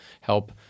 Help